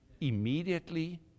immediately